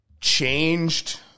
changed